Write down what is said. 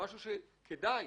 משהו שכדאי